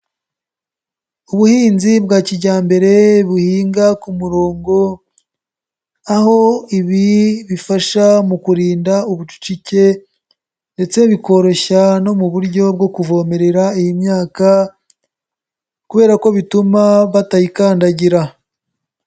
Ubuhinzi bwa kijyambere buhinga ku murongo, aho ibi bifasha mu kurinda ubucucike ndetse bikoroshya no mu buryo bwo kuvomerera iyi myaka, kubera ko bituma batayikandagira.